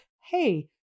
Hey